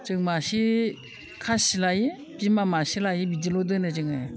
जों मासे खासि लायो बिमा मासे लायो बिदिल' दोनो जोङो